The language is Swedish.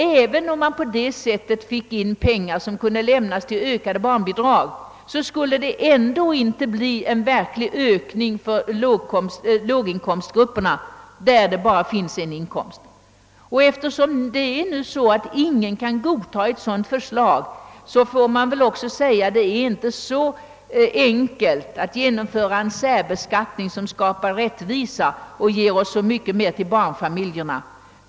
Även om på detta sätt erhållna skattepengar kunde läggas till ökade barnbidrag, skulle detta ändå inte innebära en verklig ökning för de låginkomstfamiljer som bara har en inkomst. Eftersom ingen kan godta ett sådant förslag får man väl erkänna att det inte är så enkelt att genom en särbeskattning skapa rättvisa och ökade bidrag till barnfamiljerna.